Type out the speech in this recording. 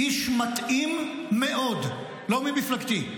איש מתאים מאוד, לא ממפלגתי.